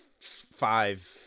five